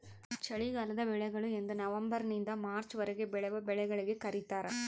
ಚಳಿಗಾಲದ ಬೆಳೆಗಳು ಎಂದನವಂಬರ್ ನಿಂದ ಮಾರ್ಚ್ ವರೆಗೆ ಬೆಳೆವ ಬೆಳೆಗಳಿಗೆ ಕರೀತಾರ